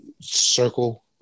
circle